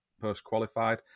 post-qualified